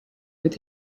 with